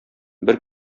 бер